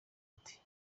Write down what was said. ati